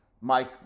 Mike